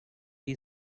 you